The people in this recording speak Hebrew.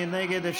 מי נגד?